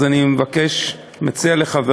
זה פועל בהצלחה בלתי רגילה זה שבע שנים,